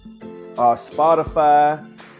Spotify